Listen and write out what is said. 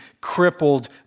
crippled